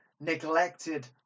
neglected